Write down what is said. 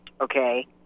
okay